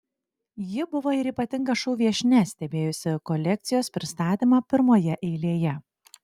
ji buvo ir ypatinga šou viešnia stebėjusi kolekcijos pristatymą pirmojoje eilėje